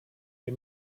you